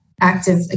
active